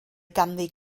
ganddi